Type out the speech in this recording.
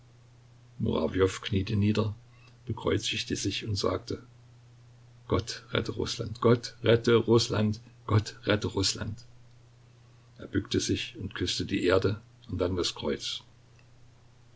kniete nieder bekreuzigte sich und sagte gott rette rußland gott rette rußland gott rette rußland er bückte sich und küßte die erde und dann das kreuz